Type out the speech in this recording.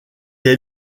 est